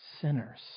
sinners